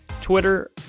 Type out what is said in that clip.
Twitter